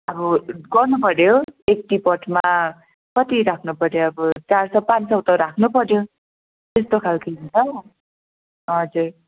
अब गर्नुपऱ्यो एक टी पटमा कति राख्नुपऱ्यो अब चार सय पाँच सय त राख्नुपऱ्यो त्यस्तो खालको हुन्छ हजुर